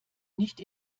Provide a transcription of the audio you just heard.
nicht